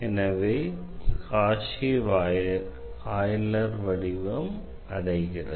எனவே Cauchy Euler வடிவம் அடைகிறது